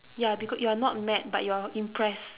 ya becau~ you are not mad but you're impressed